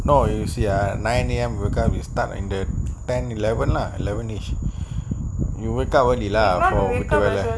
no so you see ah nine A_M we wake up we start at the ten eleven lah elevenish you wake up early lah for together